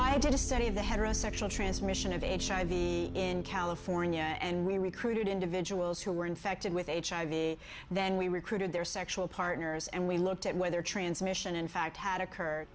i did a study of the heterosexual transmission of hiv in california and we recruited individuals who were infected with hiv then we recruited their sexual partners and we looked at whether transmission in fact had occurred